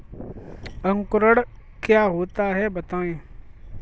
अंकुरण क्या होता है बताएँ?